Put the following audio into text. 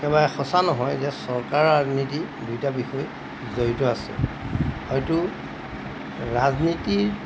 একেবাৰে সঁচা নহয় যে চৰকাৰ আৰু ৰাজনীতি দুইটা বিষয় জড়িত আছে হয়তো ৰাজনীতিৰ